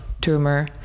tumor